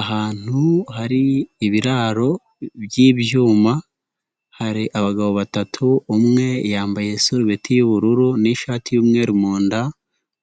Ahantu hari ibiraro by'ibyuma, hari abagabo batatu, umwe yambaye isurubeti y'ubururu n'ishati y'umweru mu nda,